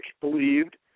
believed